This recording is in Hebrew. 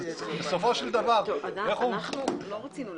אנחנו לא רצינו להכניס,